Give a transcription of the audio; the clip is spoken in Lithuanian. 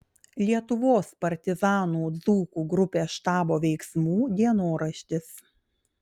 lietuvos partizanų dzūkų grupės štabo veiksmų dienoraštis